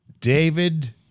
David